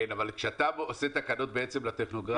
כן, אבל אתה עושה תקנות בעצם לטכוגרף פה.